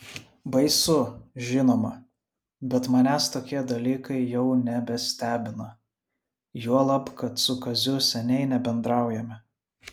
baisu žinoma bet manęs tokie dalykai jau nebestebina juolab kad su kaziu seniai nebendraujame